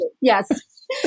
Yes